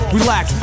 Relax